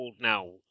now